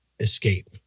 escape